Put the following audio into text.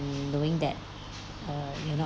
knowing that err you'll not